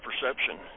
perception